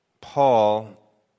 Paul